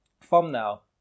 thumbnail